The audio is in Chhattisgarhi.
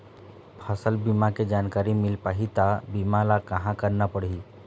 फसल बीमा के जानकारी मिल पाही ता बीमा ला कहां करना पढ़ी?